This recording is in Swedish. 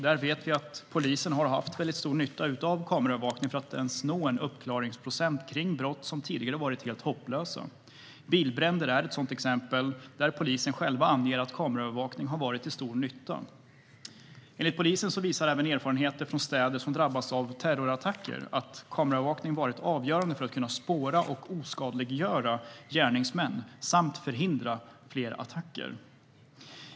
Där vet vi att polisen har haft mycket stor nytta av kameraövervakning för att nå en uppklaringsprocent när det gäller brott som tidigare varit helt hopplösa. Bilbränderna är ett exempel där man från polisen själv anger att kameraövervakning varit till stor nytta. Enligt polisen visar även erfarenheter från städer som drabbats av terrorattacker att kameraövervakning varit avgörande för att kunna spåra och oskadliggöra gärningsmän samt förhindra fler attacker.